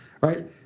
right